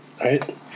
right